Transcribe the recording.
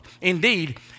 Indeed